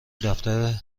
دفتر